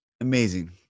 Amazing